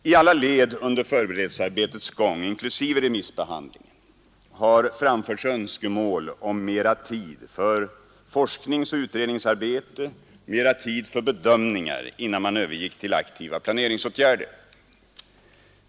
I alla led under förberedelsearbetes gång, inklusive remisshandlingen, har framförts önskemål om mera tid för forskningsoch utredningsarbete och mera tid för bedömningar, innan man övergick till aktiva planeringsåtgärder.